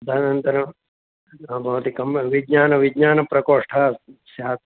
तदनन्तरं बव् भवती कम् विज्ञानविज्ञानप्रकोष्ठः स्यात्